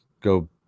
go